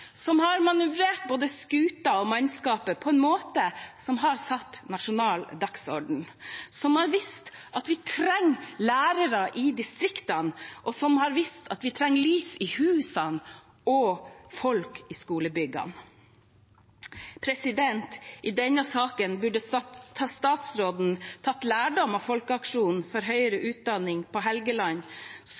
som har manøvrert både skuta og mannskapet på en måte som har satt nasjonal dagsorden, som har vist at vi trenger lærere i distriktene, og som har vist at vi trenger lys i husene og folk i skolebyggene. I denne saken burde statsråden ha tatt lærdom av folkeaksjonen for høyere utdanning på Helgeland,